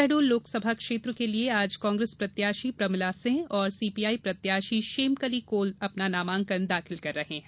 शहडोल लोकसभा क्षेत्र के लिये आज कांग्रेस प्रत्याशी प्रमिला सिंह और सीपीआई प्रत्याशी शेमकली कोल अपना नामांकन दाखिल कर रहे हैं